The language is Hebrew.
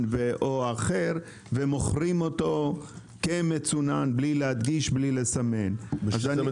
או אחר ומוכרים אותו כמצונן בלי להדגיש ולצנן.